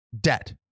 debt